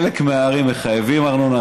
בחלק מהערים מחייבים בגינן ארנונה,